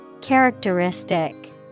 Characteristic